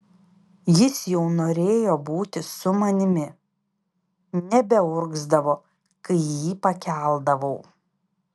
jis jau norėjo būti su manimi nebeurgzdavo kai jį pakeldavau